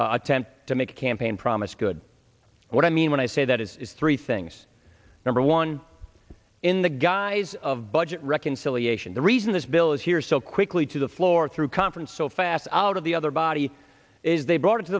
attempt to make a campaign promise good what i mean when i say that is three things number one in the guise of budget reconciliation the reason this bill is here so quickly to the floor through conference so fast out of the other body is they brought it to